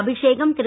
அபிஷேகம் திரு